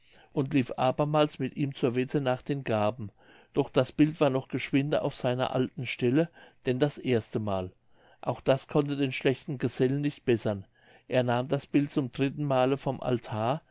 und lief abermals mit ihm zur wette nach den gaben doch das bild war noch geschwinder auf seiner alten stelle denn das erste mal auch das konnte den schlechten gesellen nicht bessern er nahm das bild zum dritten male vom altar